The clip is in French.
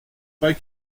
pas